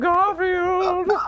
Garfield